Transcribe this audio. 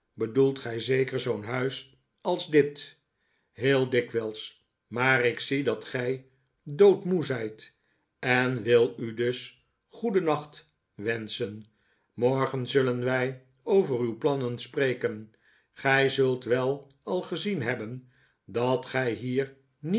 bedoelt gij zeker zoo'n huis als dit heel dikwijls maar ik zie dat gij doodmoe zijt en wil u dus goedennacht wenschen morgen zullen wij over uw plannen spreken gij zult wel al gezien hebben dat gij hier niet